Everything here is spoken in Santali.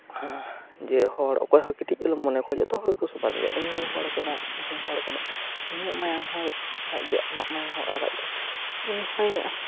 ᱡᱮ ᱦᱚᱲ ᱚᱠᱚᱭᱦᱚᱸ ᱠᱟᱹᱴᱤᱡ ᱟᱞᱚᱢ ᱢᱚᱱᱮ ᱠᱚᱣᱟ ᱡᱚᱛᱚᱦᱚᱲ ᱜᱮᱠᱚ ᱥᱚᱢᱟᱱ ᱜᱮᱭᱟ ᱩᱱᱤᱦᱚᱭ ᱦᱚᱲᱠᱟᱱ ᱟᱢᱦᱚᱢ ᱦᱚᱲ ᱠᱟᱱᱟ ᱩᱱᱤᱭᱟᱜ ᱢᱟᱭᱟᱝ ᱦᱚ ᱟᱨᱟᱜ ᱜᱮᱭᱟ ᱟᱢᱟᱜ ᱢᱟᱭᱟᱝ ᱦᱚ ᱟᱨᱟᱜ ᱜᱮᱭᱟ ᱩᱱᱤᱦᱚᱭ